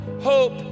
Hope